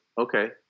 okay